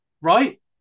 Right